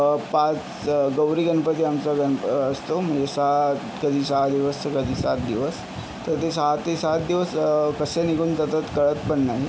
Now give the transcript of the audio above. पाच गौरी गणपती आमचा गणप असतो म्हणजे सात कधी सहा दिवस तर कधी सात दिवस तर ते सहा ते सात दिवस कसे निघून जातात कळत पण नाही